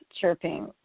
chirping